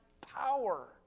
power